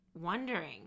wondering